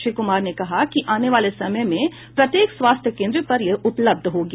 श्री कुमार ने कहा कि आने वाले समय में प्रत्येक स्वास्थ्य केन्द्र पर ये उपलब्ध होगी